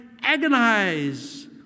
agonize